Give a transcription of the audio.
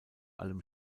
allem